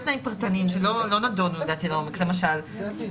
מתקיים לגבי המסר האמור בפסקאות (1) עד (6)